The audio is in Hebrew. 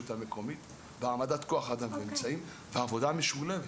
המקומית והעמדת כוח האדם בעבודה משולבת.